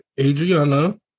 Adriana